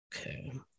Okay